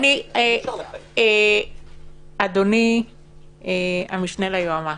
אדוני המשנה ליועמ"ש,